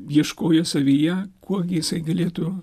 ieškojęs savyje kuo gi jisai galėtų